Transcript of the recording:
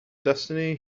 destiny